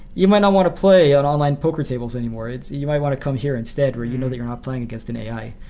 you might not want to play on online poker tables anymore. you might want to come here instead where you know that you're not playing against an ai.